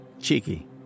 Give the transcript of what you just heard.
Cheeky